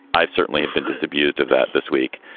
i've certainly had been disabused of that this week.